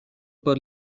por